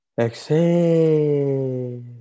exhale